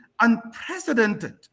unprecedented